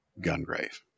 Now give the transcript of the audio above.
Gungrave